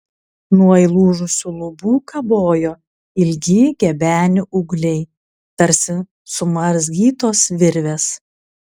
nuo įlūžusių lubų kabojo ilgi gebenių ūgliai tarsi sumazgytos virvės